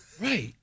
right